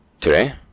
Today